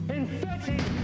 infected